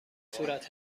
صورت